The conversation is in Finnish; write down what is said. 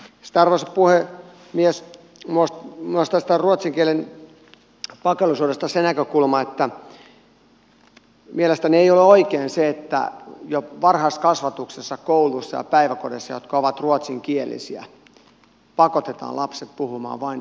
sitten arvoisa puhemies minulla olisi tästä ruotsin kielen pakollisuudesta se näkökulma että mielestäni ei ole oikein se että jo varhaiskasvatuksessa kouluissa ja päiväkodeissa jotka ovat ruotsinkielisiä pakotetaan lapset puhumaan vain ruotsin kieltä siellä